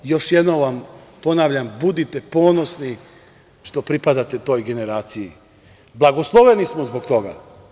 Još jednom vam ponavljam budite ponosni što pripadate toj generaciji, blagosloveni smo zbog toga.